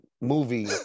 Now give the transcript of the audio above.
movie